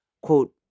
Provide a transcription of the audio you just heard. quote